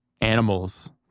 animals